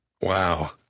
Wow